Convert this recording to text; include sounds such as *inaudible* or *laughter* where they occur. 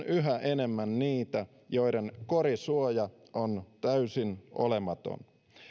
*unintelligible* yhä enemmän niitä joiden korisuoja on täysin olematon